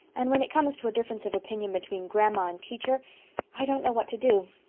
and when it comes to a difference of opinion between grandma and teacher i don't know what to do.